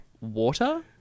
water